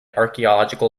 archaeological